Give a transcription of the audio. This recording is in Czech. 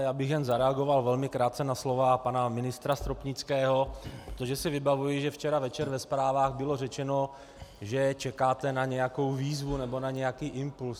Já bych jen zareagoval velmi krátce na slova pana ministra Stropnického, protože si vybavuji, že včera večer ve zprávách bylo řečeno, že čekáte na nějakou výzvu nebo na nějaký impulz.